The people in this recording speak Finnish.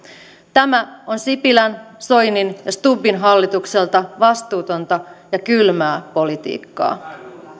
tämä on sipilän soinin ja stubbin hallitukselta vastuutonta ja kylmää politiikkaa